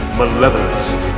malevolence